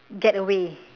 get away